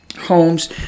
homes